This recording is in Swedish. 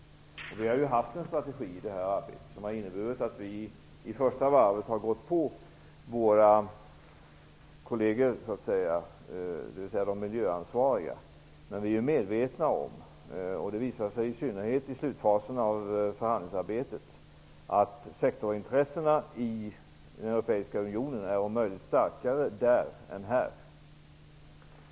Vi har haft en strategi i det här arbetet som har inneburit att vi första varvet har gått på våra kolleger, dvs. de miljöansvariga. Men vi är medvetna om, och det visar sig i synnerhet i slutfasen av förhandlingsarbetet, att sektorsintressena i den europeiska unionen är om möjligt starkare än här.